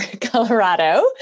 Colorado